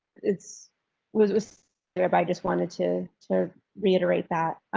it's was was thereby just wanted to to reiterate that.